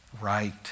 right